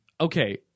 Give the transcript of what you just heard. Okay